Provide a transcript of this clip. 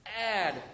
Add